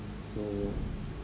so